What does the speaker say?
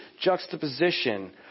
juxtaposition